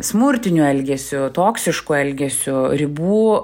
smurtiniu elgesiu toksišku elgesiu ribų